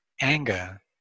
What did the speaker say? anger